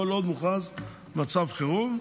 כל עוד מוכרז מצב חירום.